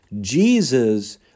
Jesus